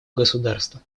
государства